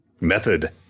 Method